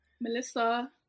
Melissa